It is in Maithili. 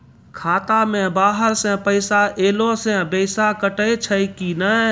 खाता मे बाहर से पैसा ऐलो से पैसा कटै छै कि नै?